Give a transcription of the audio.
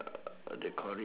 uh they call it